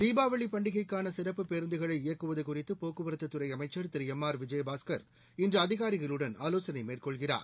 தீபாவளிபண்டிக்கைக்கானசிறப்பு பேருந்துகளை இயக்குவதுகுறித்துபோக்குவரத்துத் துறைஅமைச்சா் திருளம் ஆர் விஜயபாஸ்கர் இன்றுஅதிகாரிகளுடன் ஆலோசனைமேற்கொள்கிறார்